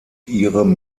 ihrem